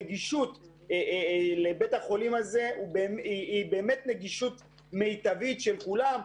הנגישות לבית החולים הזה היא נגישות מיטבית של כולם.